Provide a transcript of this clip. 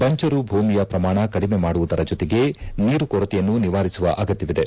ಬಂಜರುಭೂಮಿಯ ಶ್ರಮಾಣ ಕಡಿಮೆಮಾಡುವುದರ ಜೊತೆಗೆ ನೀರು ಕೊರತೆಯನ್ನು ನಿವಾರಿಸುವ ಅಗತ್ಯವಿದೆ